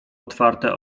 otwarte